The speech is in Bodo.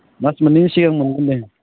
मास मोन्नैनि सिगां मोनगोन दे